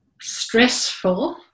stressful